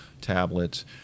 tablets